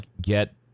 get